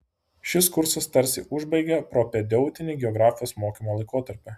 šis kursas tarsi užbaigia propedeutinį geografijos mokymo laikotarpį